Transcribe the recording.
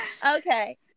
Okay